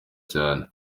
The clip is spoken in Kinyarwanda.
cyane